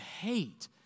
hate